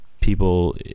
people